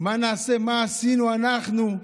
מה עשינו אנחנו?